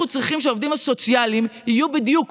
אנחנו צריכים שהעובדים הסוציאליים יהיו בדיוק